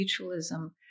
mutualism